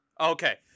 okay